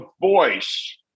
voice